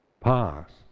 past